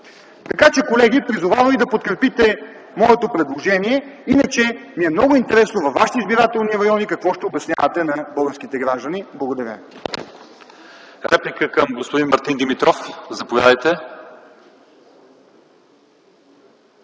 Колеги, призовавам ви да подкрепите моето предложение, иначе ми е много интересно във вашите избирателни райони какво ще обяснявате на българските граждани. Благодаря